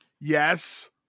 yes